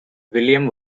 william